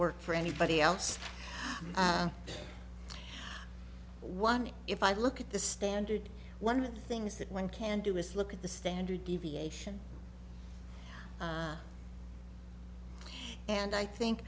work for anybody else one if i look at the standard one of the things that one can do is look at the standard deviation and i think